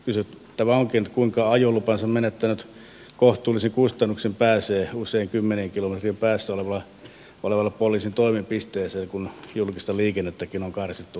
kysyttävä onkin kuinka ajolupansa menettänyt kohtuullisin kustannuksin pääsee usein kymmenien kilometrien päässä olevaan poliisin toimipisteeseen kun julkista liikennettäkin on karsittu lähes olemattomiin